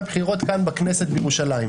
מדובר באנשים שמשווים אותם לספר הבוחרים שלהם.